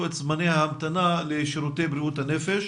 את זמני ההמתנה לשירותי בריאות הנפש.